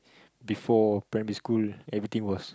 before primary school everything was